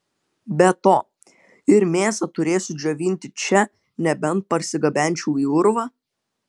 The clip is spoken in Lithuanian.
be to ir mėsą turėsiu džiovinti čia nebent parsigabenčiau į urvą